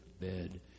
bed